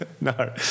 No